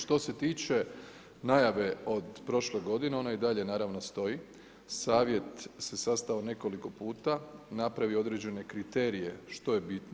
Što se tiče najave od prošle godine, ona i dalje naravno stoji, savjet se sastao nekoliko puta, napravio određene kriterije što je bitno.